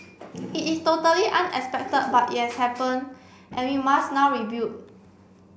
it is totally unexpected but it has happen and we must now rebuild